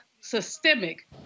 systemic